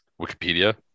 Wikipedia